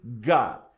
God